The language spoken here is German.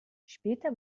später